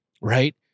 right